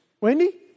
Wendy